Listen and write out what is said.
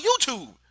youtube